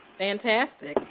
fantastic.